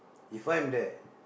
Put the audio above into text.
if I'm there